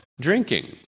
drinking